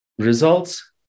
Results